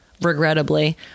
regrettably